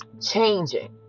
changing